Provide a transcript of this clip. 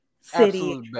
city